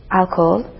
alcohol